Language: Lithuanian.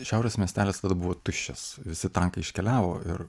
šiaurės miestelis tada buvo tuščias visi tankai iškeliavo ir